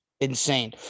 Insane